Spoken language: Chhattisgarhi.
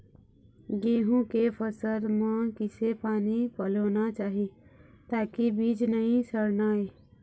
गेहूं के फसल म किसे पानी पलोना चाही ताकि बीज नई सड़ना ये?